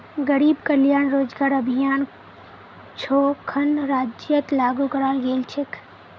गरीब कल्याण रोजगार अभियान छो खन राज्यत लागू कराल गेल छेक